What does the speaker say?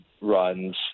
runs